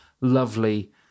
lovely